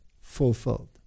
fulfilled